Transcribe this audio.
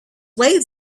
way